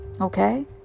okay